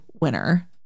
winner